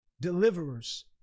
deliverers